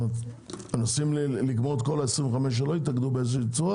מנסים לגמור את כל ה-25 שלא התאגדו איכשהו,